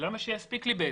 ולמה שיספיק לי בעצם?